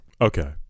Okay